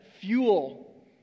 fuel